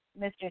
Mr